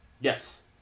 Yes